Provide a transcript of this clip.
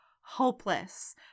hopeless